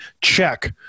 check